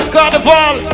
Carnival